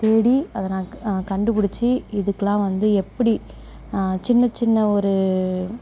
தேடி அதை நான் கண்டுபிடிச்சி இதுக்கெலாம் வந்து எப்படி சின்ன சின்ன ஒரு